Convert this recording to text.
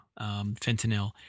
fentanyl